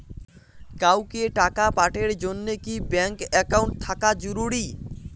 কাউকে টাকা পাঠের জন্যে কি ব্যাংক একাউন্ট থাকা জরুরি?